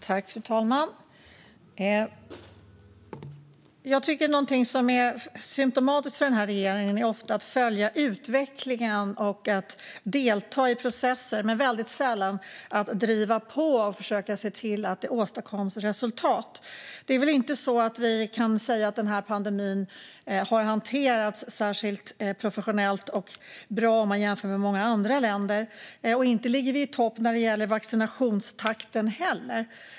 Fru talman! Jag tycker att något som är symtomatiskt för regeringen är att ofta följa utvecklingen och delta i processer men att väldigt sällan driva på och försöka se till att det åstadkoms resultat. Det är inte så att vi kan säga att pandemin har hanterats särskilt professionellt och bra om man jämför med många andra länder, och vi ligger inte i topp när det gäller vaccinationstakten heller.